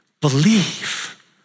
Believe